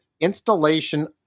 installation